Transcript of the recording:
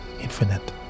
infinite